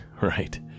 right